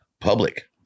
public